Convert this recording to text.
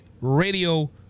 radio